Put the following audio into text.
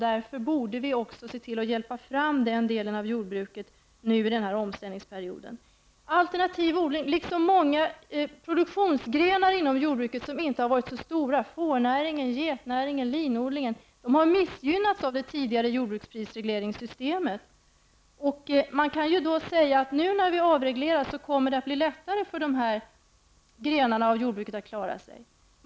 Vi borde därför se till att hjälpa fram den delen av jordbruket i denna omställningsperiod. Alternativ odling har -- liksom många andra produktionsgrenar inom jordbruket som inte har varit så stora, såsom fårnäringen, getnäringen och linodlingen -- missgynnats av det tidigare systemet för jordbruksprisreglering. Man kan ju då säga att det nu kommer att bli lättare för dessa grenar av jordbruket att klara sig nu när vi avreglerar.